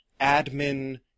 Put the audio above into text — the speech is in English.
admin